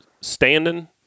standing